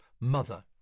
Mother